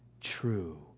true